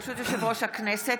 ברשות יושב-ראש הכנסת,